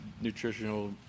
nutritional